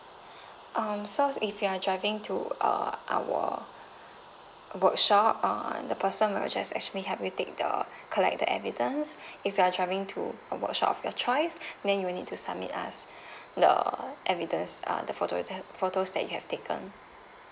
um so if you are driving to err our workshop err the person will just actually help you take the collected evidence if you are driving to a workshop of your choice then you will need to submit us the evidence err the photo the photos that you have taken